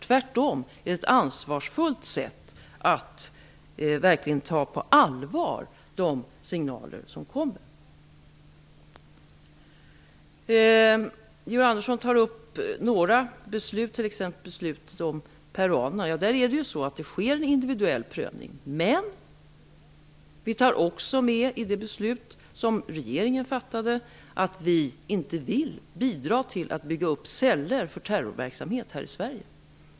Det är tvärtom ett ansvarsfullt sätt att ta dessa signaler på allvar. Georg Andersson tar upp några beslut, t.ex. beslutet om peruanerna. Det sker i dessa fall en individuell prövning, men vi beaktar i de beslut som regeringen fattar också att vi inte vill bidra till att bygga upp celler för terrorverksamhet här i Sverige.